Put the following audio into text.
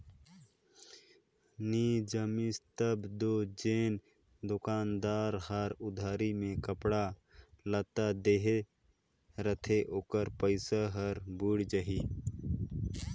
नी जमिस तब दो जेन दोकानदार हर उधारी में कपड़ा लत्ता देहे रहथे ओकर पइसा हर बुइड़ जाही